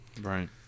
right